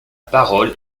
parole